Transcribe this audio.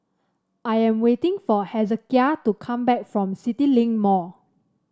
I am waiting for Hezekiah to come back from CityLink Mall